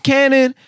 Cannon